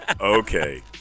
Okay